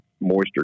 moisture